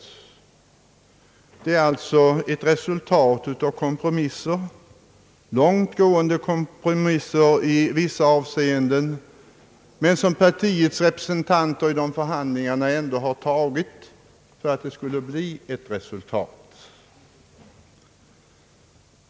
Det föreliggande förslaget är alltså ett resultat av kompromisser, av långt gående kompromisser i vissa avseenden men som varje partis representanter vid förhandlingarna ändå har enat sig om för att det skulle bli ett resultat.